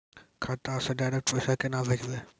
खाता से डायरेक्ट पैसा केना भेजबै?